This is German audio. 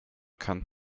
kann